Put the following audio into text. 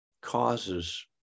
causes